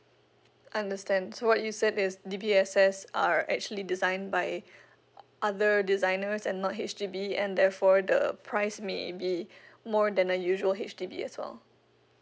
understand so what you said is D_B_S_S are actually designed by other designers and not H_D_B and therefore the price maybe more than the usual H_D_B as well